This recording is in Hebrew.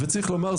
צריך לומר,